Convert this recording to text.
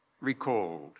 recalled